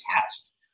test